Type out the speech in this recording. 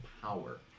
power